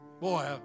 Boy